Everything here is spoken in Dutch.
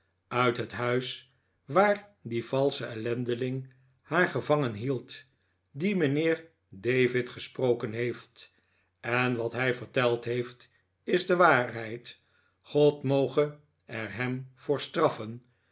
uit het huis waar die valsche ellendeling haar gevangen hield dien mijnheer david gesproken heeft en wat hij verteld heeft is de waarheid god moge er hem voor straff